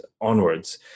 onwards